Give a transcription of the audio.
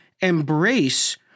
embrace